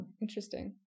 interesting